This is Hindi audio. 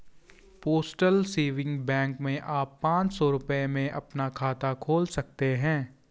पोस्टल सेविंग बैंक में आप पांच सौ रूपये में अपना खाता खोल सकते हैं